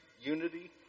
unity